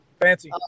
fancy